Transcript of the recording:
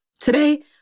Today